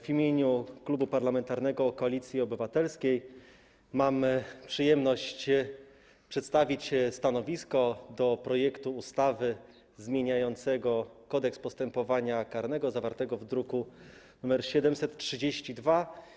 W imieniu Klubu Parlamentarnego Koalicja Obywatelska mam przyjemność przedstawić stanowisko wobec projektu ustawy zmieniającej Kodeks postępowania karnego, zawartego w druku nr 732.